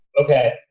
okay